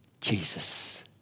Jesus